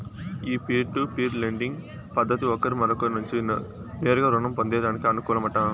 ఈ peer to peer lending పద్దతి ఒకరు మరొకరి నుంచి నేరుగా రుణం పొందేదానికి అనుకూలమట